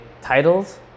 titles